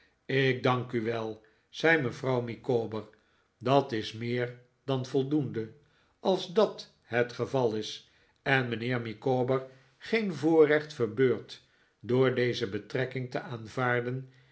ik dank u wel zei mevrouw micawber dat is meer dan voldoende als dat het geval is en mijnheer micawber geen voorrecht verbeurt door deze betrekking te aanvaarden